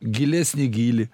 gilesnį gylį